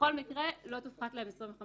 בכל מקרה לא יופחתו להם 25%,